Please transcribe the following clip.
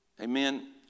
Amen